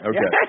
Okay